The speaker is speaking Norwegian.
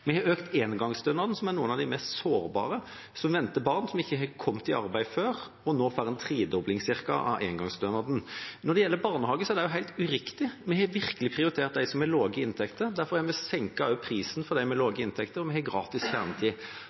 vi gjennomført. Vi har økt engangsstønaden, som er for noen av de mest sårbare, som venter barn, men ikke har kommet i arbeid før. De får nå ca. en tredobling av engangsstønaden. Når det gjelder barnehager, er det også helt uriktig. Vi har virkelig prioritert dem som har lave inntekter. Derfor har vi også senket prisen for dem med lave inntekter, og vi har gratis kjernetid